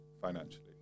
financially